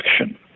action